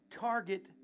target